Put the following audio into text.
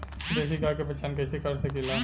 देशी गाय के पहचान कइसे कर सकीला?